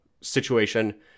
situation